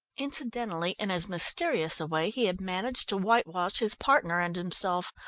incidentally, in as mysterious a way he had managed to whitewash his partner and himself,